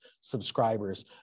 subscribers